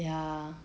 ya